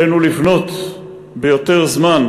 עלינו לבנות ביותר זמן,